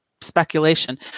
speculation